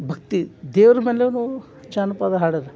ಭಕ್ತಿ ದೇವ್ರ ಮೇಲೆನೂ ಜಾನಪದ ಹಾಡದ